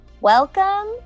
Welcome